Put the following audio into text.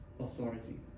authority